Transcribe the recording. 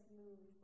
move